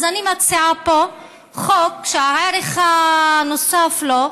אז אני מציעה פה חוק שהערך הנוסף שלו,